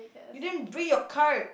you didn't bring your card